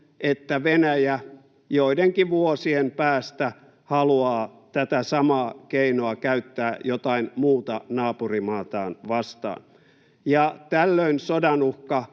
että Venäjä joidenkin vuosien päästä haluaa tätä samaa keinoa käyttää jotain muuta naapurimaataan vastaan. Tällöin sodan uhka